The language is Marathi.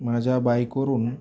माझ्या बाईकवरून